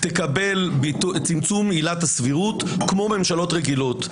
תקבל צמצום עילת הסבירות כמו ממשלות רגילות.